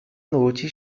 noite